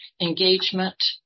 engagement